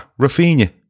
Rafinha